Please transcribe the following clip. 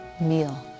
meal